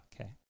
Okay